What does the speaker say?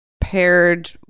paired